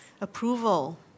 Approval